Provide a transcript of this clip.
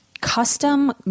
custom